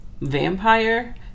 vampire